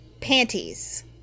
panties